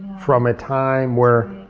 from a time where,